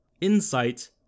insight